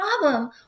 problem